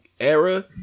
Era